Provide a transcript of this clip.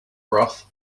broth